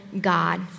God